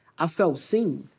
i felt seen.